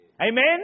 Amen